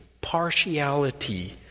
partiality